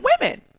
women